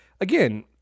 again